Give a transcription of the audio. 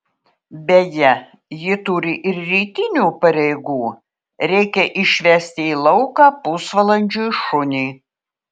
beje ji turi ir rytinių pareigų reikia išvesti į lauką pusvalandžiui šunį